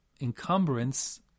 encumbrance